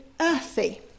earthy